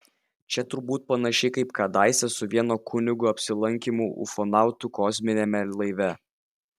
čia turbūt panašiai kaip kadaise su vieno kunigo apsilankymu ufonautų kosminiame laive